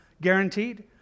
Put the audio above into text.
guaranteed